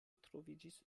troviĝis